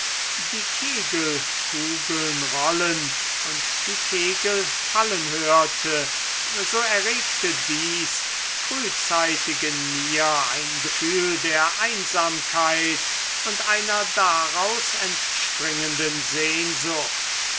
die kegelkugeln rollen und die kegel fallen hörte so erregte dies frühzeitig in mir ein gefühl der einsamkeit und einer daraus entspringenden sehnsucht